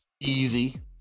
Easy